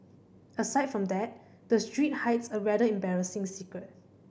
aside from that the street hides a rather embarrassing secret